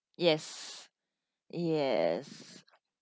yes yes